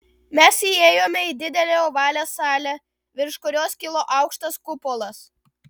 mes įėjome į didelę ovalią salę virš kurios kilo aukštas kupolas